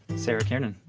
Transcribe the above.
sarah kirnon,